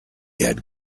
had